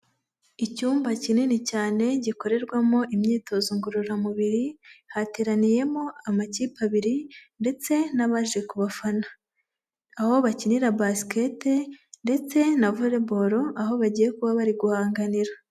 Icyumba kinini cyane gikorerwamo imyitozo ngororamubiri, hateraniyemo amakipe abiri, ndetse n'abaje ku bafana, aho bakinira basketball ndetse na volley ball, aho bagiye kuba bari guhanganira.